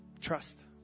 trust